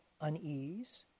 unease